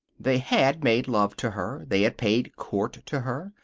they had made love to her. they had paid court to her.